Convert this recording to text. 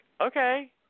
okay